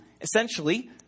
essentially